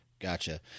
Gotcha